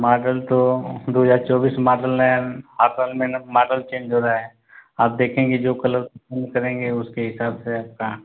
model तो दो हज़ार चौबीस माडल नया हर साल महीना में माडल चेंज हो रहा है आप देखेंगे जो कलर पसंद करेंगे उसके हिसाब से आपका